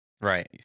right